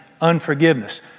unforgiveness